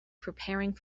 preparing